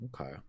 Okay